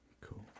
cool